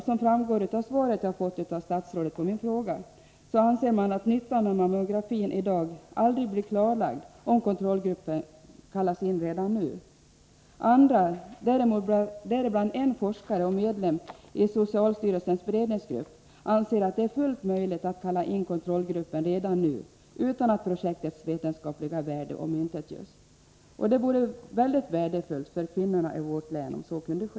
Som framgår av det svar jag har fått av statsrådet på min fråga anser några att nyttan av mammografi i dag aldrig blir klarlagd om kontrollgruppen kallas in redan nu. Andra — däribland en forskare och medlem i socialstyrelsens beredningsgrupp — anser att det är fullt möjligt att kalla in kontrollgruppen redan nu utan att projektets vetenskapliga värde omintetgörs. Det vore värdefullt för kvinnorna i vårt län om så kunde ske.